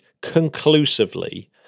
conclusively